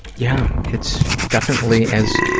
yeah. it's definitely as.